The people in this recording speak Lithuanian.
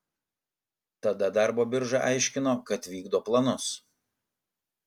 tada darbo birža aiškino kad vykdo planus